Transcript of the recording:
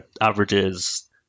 averages